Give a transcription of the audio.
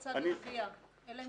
נדבר בוועדת הכנסת.